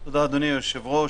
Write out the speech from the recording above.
תודה, אדוני היושב-ראש.